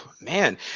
man